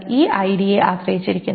ഇത് ഐഡിയെ ആശ്രയിച്ചിരിക്കുന്നു